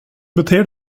beter